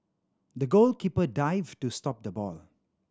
the goalkeeper dived to stop the ball